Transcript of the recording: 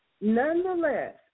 Nonetheless